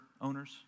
owners